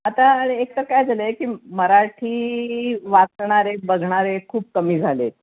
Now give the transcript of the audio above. आता एक तर काय झालं आहे की मराठी वाचणारे बघणारे खूप कमी झाले आहेत